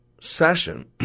session